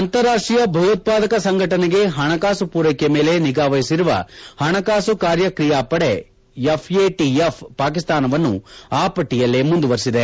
ಅಂತಾರಾಷ್ಷೀಯ ಭಯೋತ್ಪಾದಕ ಸಂಘಟನೆಗೆ ಹಣಕಾಸು ಪೂರೈಕೆ ಮೇಲೆ ನಿಗಾವಹಿಸಿರುವ ಹಣಕಾಸು ಕ್ರಿಯಾ ಕಾರ್ಯ ಪಡೆ ಎಫ್ ಎ ಟಿ ಎಫ್ ಪಾಕಿಸ್ತಾನವನ್ನು ಆ ಪಟ್ಟಿಯಲ್ಲೇ ಮುಂದುವರಿಸಿದೆ